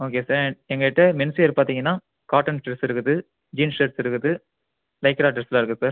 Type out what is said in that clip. okay sir எங்கக்கிட்டே men's wear பார்த்தீங்கன்னா cotton dress இருக்குது ஜீன்ஸ் சர்ட் இருக்குது லைக்ரா ட்ரெஸ்ஸுலாம் இருக்குது சார்